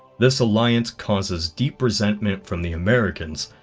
this alliance causes deep resentment from the americans.